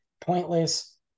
pointless